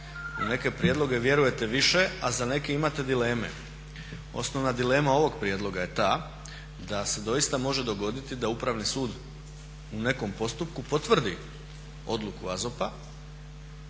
U neke prijedloge vjerujete više, a za neke imate dileme. Osnovna dilema ovog prijedloga je ta da se doista može dogoditi da upravni sud u nekom postupku potvrdi odluku AZOP-a